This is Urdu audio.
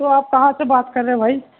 تو آپ کہاں سے بات کر رہے بھائی